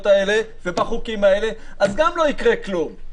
האלה ובחוקים האלה אז גם לא יקרה כלום.